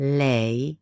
lei